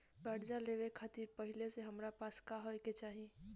कर्जा लेवे खातिर पहिले से हमरा पास का होए के चाही?